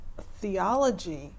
theology